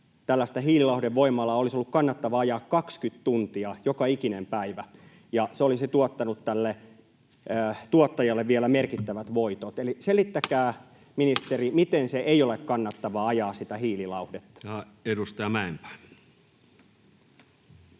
tällaista hiililauhdevoimalaa olisi ollut kannattavaa ajaa 20 tuntia joka ikinen päivä ja se olisi tuottanut tuottajalle vielä merkittävät voitot. Eli selittäkää, ministeri: miten ei ole kannattavaa ajaa sitä hiililauhdetta? [Speech